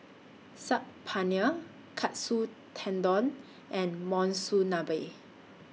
Saag Paneer Katsu Tendon and Monsunabe